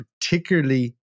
particularly